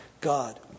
God